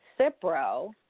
Cipro